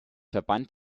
verband